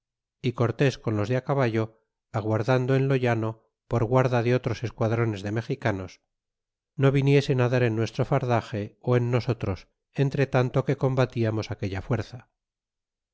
y cortés con los de caballo aguardando en lo llano por guarda de otros esquadrones de mexicanos no viniesen dar en nuestro fardaxe ó en nosotros entre tanto que combatiarnos aquella fuerza